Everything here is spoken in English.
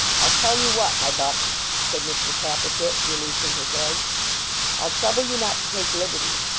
i'll tell you what, my buck said mr tappertit, releasing his leg i'll trouble you not to take liberties,